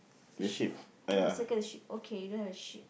the sheep oh you circle the sheep okay don't have sheep